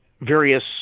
various